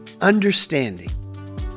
Understanding